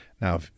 Now